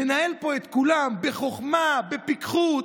מנהל פה את כולם בחוכמה, בפיקחות.